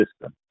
system